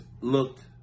looked